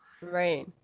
right